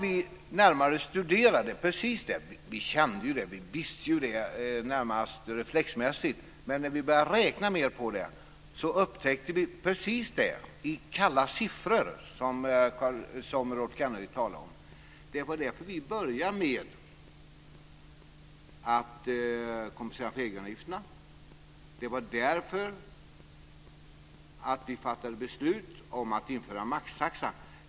Vi kände och visste det i det närmaste reflexmässigt, men när vi började räkna på det upptäckte vi i kalla siffror precis det som Rolf Kenneryd talar om. Det var därför vi började med att kompensera för egenavgifterna. Det var därför vi fattade beslut om att införa maxtaxa.